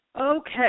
Okay